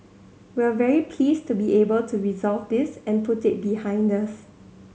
we're very pleased to be able to resolve this and put it behind us